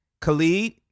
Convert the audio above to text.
Khalid